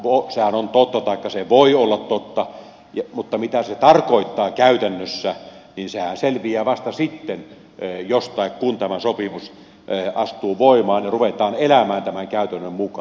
sehän on totta taikka se voi olla totta mutta mitä se tarkoittaa käytännössä sehän selviää vasta sitten jos tai kun tämä sopimus astuu voimaan ja ruvetaan elämään tämän käytännön mukaan